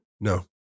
no